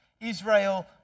Israel